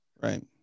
Right